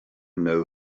know